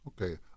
okay